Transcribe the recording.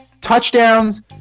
touchdowns